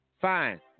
Fine